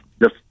Yes